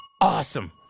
Awesome